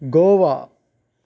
Goa